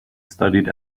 studied